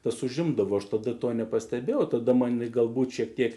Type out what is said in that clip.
tas užimdavo aš tada to nepastebėjau tada man galbūt šiek tiek